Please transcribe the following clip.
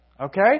okay